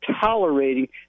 tolerating